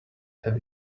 have